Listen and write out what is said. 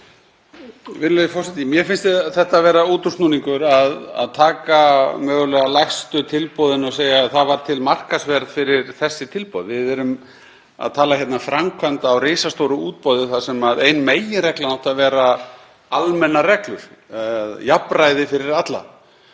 Virðulegur forseti. Mér finnst þetta vera útúrsnúningur, að taka mögulega lægstu tilboðin og segja: Það var til markaðsverð fyrir þessi tilboð. Við erum hér að tala um framkvæmd á risastóru útboðið þar sem ein meginregla átti að vera almennar reglur, jafnræði fyrir alla.